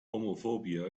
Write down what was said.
homophobia